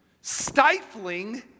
stifling